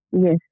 Yes